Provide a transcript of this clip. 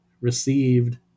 received